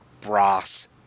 brass